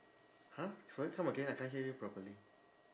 !huh! sorry come again I can't hear you properly